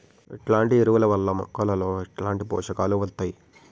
ఎట్లాంటి ఎరువుల వల్ల మొక్కలలో ఎట్లాంటి పోషకాలు వత్తయ్?